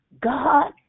God